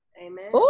Amen